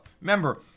Remember